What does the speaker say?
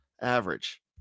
average